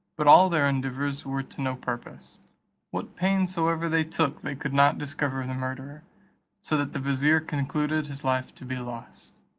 but all their endeavours were to no purpose what pains soever they took they could not discover the murderer so that the vizier concluded his life to be lost.